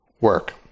work